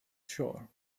shore